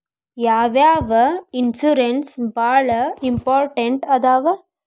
ಯಾವ್ಯಾವ ಇನ್ಶೂರೆನ್ಸ್ ಬಾಳ ಇಂಪಾರ್ಟೆಂಟ್ ಅದಾವ?